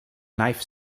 knife